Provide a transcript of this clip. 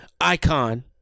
Icon